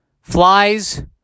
flies